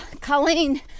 colleen